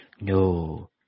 No